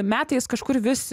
metais kažkur vis